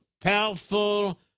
powerful